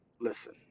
Listen